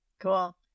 Cool